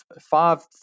five